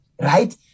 right